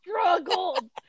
struggled